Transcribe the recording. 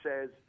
says